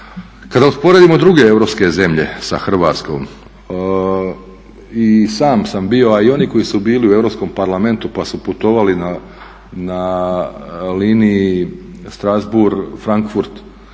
Kada usporedimo druge europske zemlje sa Hrvatskom i sam sam bio a i oni koji su bili u Europskom parlamentu pa su putovali na liniji Strasbourg – Frankfurt